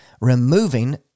Removing